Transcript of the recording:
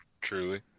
Truly